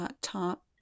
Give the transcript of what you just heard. top